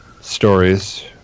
stories